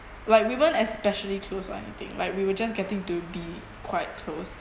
like we weren't especially close or anything like we were just getting to be quite close